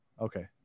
Okay